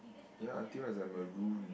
ya until as a maroon